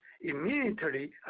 immediately